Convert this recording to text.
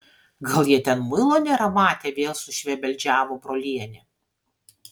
gal jie ten muilo nėra matę vėl sušvebeldžiavo brolienė